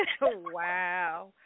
Wow